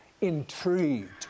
intrigued